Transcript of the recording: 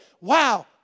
wow